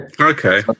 Okay